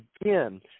Again